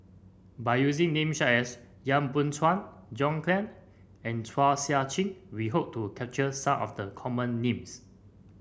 by using name as Yap Boon Chuan John Clang and Chua Sian Chin we hope to capture some of the common names